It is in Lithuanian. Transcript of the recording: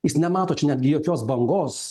jis nemato jokios bangos